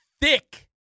thick